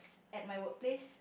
at my work place